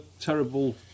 terrible